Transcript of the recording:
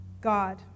God